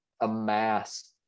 amass